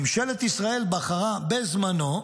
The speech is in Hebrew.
ממשלת ישראל בחרה בזמנו,